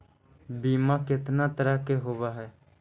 बीमा कितना तरह के होव हइ?